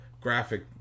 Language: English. graphic